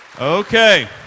Okay